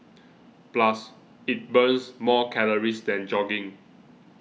plus it burns more calories than jogging